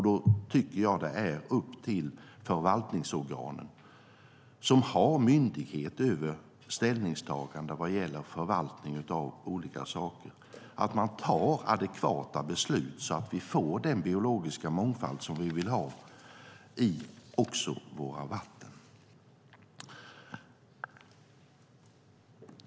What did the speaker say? Då tycker jag att det är upp till förvaltningsorganen, som har myndighet över ställningstagande vad gäller förvaltning av olika saker, att fatta adekvata beslut så att vi får den biologiska mångfald som vi vill ha också i våra vatten.